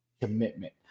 commitment